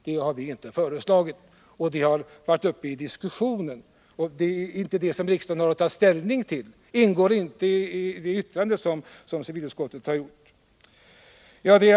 Det har vi inte föreslagit, och det har inte varit uppe i diskussionen. Och det är inte det som riksdagen har att ta ställning till, det ingår inte i det yttrande som civilutskottet har avgivit.